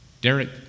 Derek